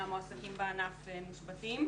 מה שלא כתוב בתקנות שמגבילות את פעילות החינוך,